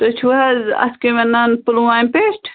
تُہۍ چھِوٕ حظ اَتھ کیٛاہ وَنان پُلوامہِ پیٚٹھ